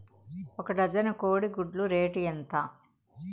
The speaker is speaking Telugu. ఒక డజను కోడి గుడ్ల రేటు ఎంత?